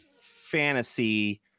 fantasy